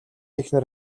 эхнэр